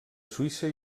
suïssa